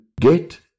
get